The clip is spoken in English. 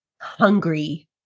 hungry